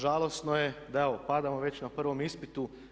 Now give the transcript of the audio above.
Žalosno je da evo padamo već na prvom ispitu.